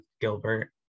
Gilbert